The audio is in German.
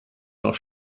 noch